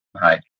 Hi